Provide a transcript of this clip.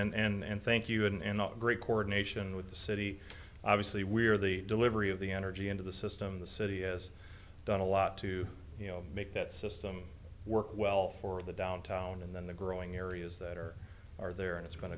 needed and thank you and not great coronation with the city obviously we're the delivery of the energy into the system the city has done a lot to you know make that system work well for the downtown and then the growing areas that are are there and it's